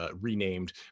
renamed